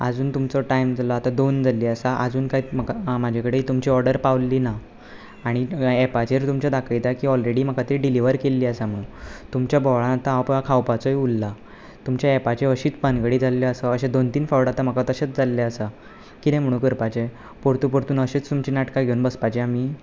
आजून तुमचो टायम जालो आतां दोन जाल्लीं आसा आजून कांयच म्हाका ना म्हाजे कडेन तुमची ऑर्डर पावल्ली ना आनी एपाचेर तुमचें दाखयता की ऑलरेडी म्हाका ती डिलिव्हर केल्ली आसा म्हणून तुमच्या बोवाळांत पळय हांव खावपाचोय उरला तुमच्या एपाच्यो अशीच बानगडी जाल्ल्यो आसा अशें दोन तीन फावट म्हाका तशेंच जाल्लें आसा कितें म्हूण करपाचें परतू परतून अशींच तुमचीं नाटकां घेवन बसपाचीं आमी